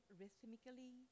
rhythmically